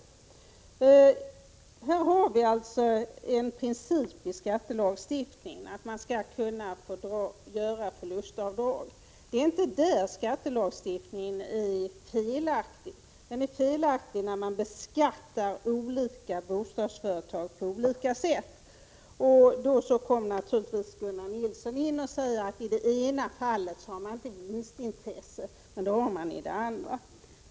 I skattelagstiftningen finns det en princip som innebär att man skall få göra förlustavdrag. Det är inte i detta avseende som skattelagstiftningen är felaktig, utan den är felaktig då det handlar om att man skall beskatta olika bostadsföretag på olika sätt. Då säger Gunnar Nilsson naturligtvis att man i det ena fallet inte har något vinstintresse, vilket man har i det andra.